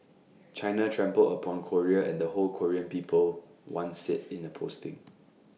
China trampled upon Korea and the whole Korean people one said in A posting